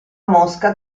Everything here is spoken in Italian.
mosca